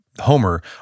Homer